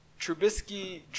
Trubisky